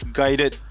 guided